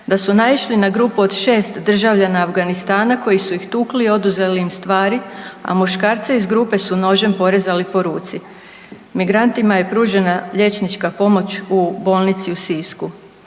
da su naišli na grupu od 6 državljana Afganistana koji su ih tukli i oduzeli im stvari, a muškarce iz grupe su nožem porezali po ruci. Migrantima je pružena liječnika pomoć u bolnici u Sisku.